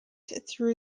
through